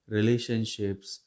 Relationships